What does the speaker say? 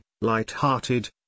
light-hearted